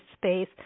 space